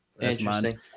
Interesting